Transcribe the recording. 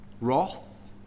Wrath